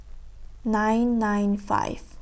nine nine five